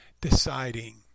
deciding